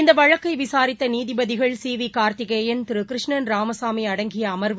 இந்தவழக்கைவிசாரித்தநீதிபதிகள் சிவிகார்த்திகேயன் திருகிருஷ்ணன் Ramasamy அடங்கியஅமர்வு